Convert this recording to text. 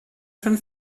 schon